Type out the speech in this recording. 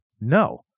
no